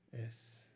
Yes